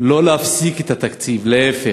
שלא להפסיק את התקציב, להפך,